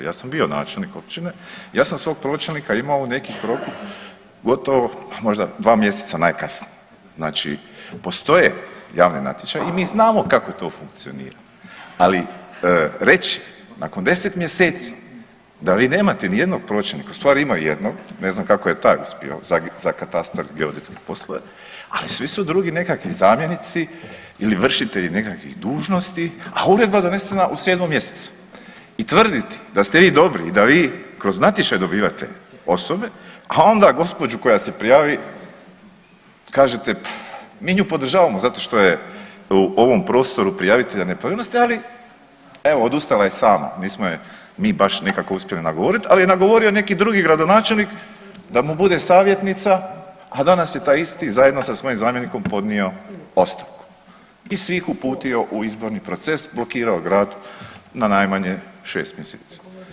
Ja sam bio načelnik općine i ja sam svog pročelnika imao u nekih u roku gotovo pa možda 2 mjeseca najkasnije, znači postoje javni natječaji i mi znamo kako to funkcionira, ali reći nakon 10 mjeseci da vi nemate nijednog pročelnika, u stvari imaju jednog, ne znam kako je taj uspio za katastar i geodetske poslove, ali svi su drugi nekakvi zamjenici ili vršitelji nekakvih dužnosti, a uredno donesena u 7 mjesecu i tvrditi da ste vi dobri i da vi kroz natječaj dobivate osobe, a onda gospođu koja se prijavi kažete mi nju podržavamo zato što je u ovom prostoru prijavitelja nepravilnosti, ali evo odustala je sama, nismo je mi baš nekako uspjeli nagovorit, ali ju je nagovorio neki drugi gradonačelnik da mu bude savjetnica, a danas je taj isti zajedno sa svojim zamjenikom podnio ostavku i svih uputio u izborni proces i blokirao grad na najmanje 6 mjeseci.